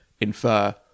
infer